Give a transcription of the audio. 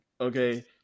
okay